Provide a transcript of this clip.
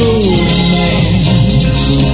romance